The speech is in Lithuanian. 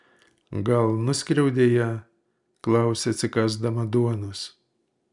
gal nuskriaudei ją klausia atsikąsdama duonos